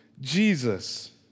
Jesus